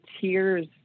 tears